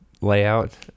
layout